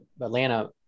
Atlanta